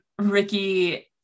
Ricky